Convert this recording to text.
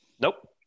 Nope